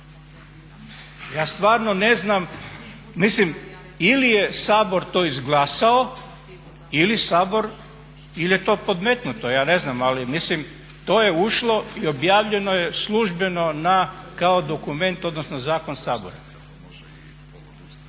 Ja stvarno ne znam, mislim ili je Sabor to izglasao ili je to podmetnuto. Ja ne znam, ali mislim to je ušlo i objavljeno je službeno kao dokument, odnosno zakon Sabora.